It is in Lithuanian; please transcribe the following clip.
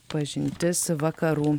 pažintis vakarų